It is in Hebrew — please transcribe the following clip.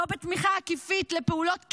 לא בתמיכה עקיפה בפעולות כאוס,